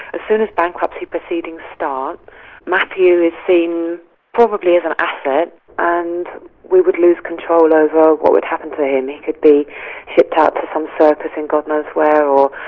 as soon as bankruptcy proceedings start matthew is seen probably as an asset and we would lose control over what would happen to him. he could be shipped out to some circus in god knows where